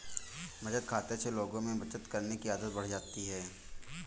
बचत खाते से लोगों में बचत करने की आदत बढ़ती है